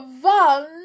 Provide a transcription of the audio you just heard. one